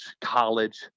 college